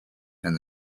and